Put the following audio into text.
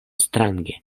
strange